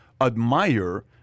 admire